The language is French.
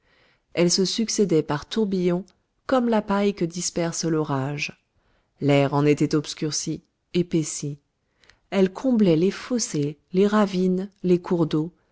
elles se succédaient par tourbillons comme la paille que disperse l'orage l'air en était obscurci épaissi elles comblaient les fossés les ravines les cours d'eau